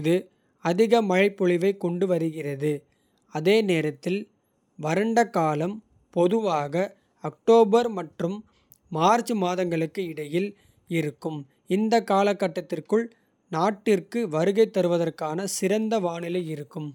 இது அதிக மழைப்பொழிவைக் கொண்டுவருகிறது. அதே நேரத்தில் வறண்ட காலம் பொதுவாக அக்டோபர். மற்றும் மார்ச் மாதங்களுக்கு இடையில் இருக்கும். இந்த காலகட்டத்திற்குள் நாட்டிற்கு வருகை. தருவதற்கான சிறந்த வானிலை இருக்கும்.